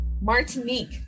Martinique